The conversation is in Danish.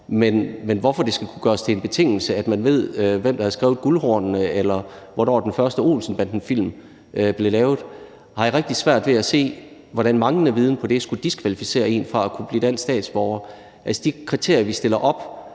Men hvorfor det skal kunne gøres til en betingelse, at man ved, hvem der har skrevet »Guldhornene«, eller hvornår den første Olsen-banden-film blev lavet, har jeg rigtig svært ved at se, altså hvordan manglende viden om det skulle diskvalificere en fra at kunne blive dansk statsborger. Altså, de kriterier, vi stiller op